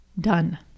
done